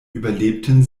überlebten